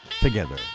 together